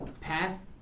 past